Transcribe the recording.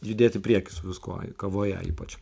judėt į priekį su viskuo ir kavoje ypač